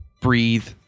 breathe